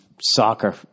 soccer